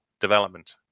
development